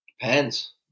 depends